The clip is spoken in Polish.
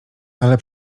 ale